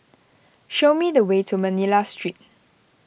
show me the way to Manila Street